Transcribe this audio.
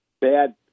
bad